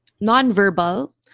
non-verbal